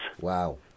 Wow